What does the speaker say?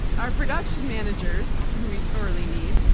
our production managers, who we sorely need,